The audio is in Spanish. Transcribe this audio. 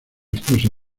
esposa